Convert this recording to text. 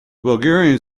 bulgarian